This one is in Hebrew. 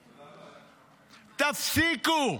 תפסיקו,